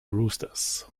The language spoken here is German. roosters